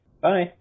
Bye